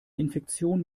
infektion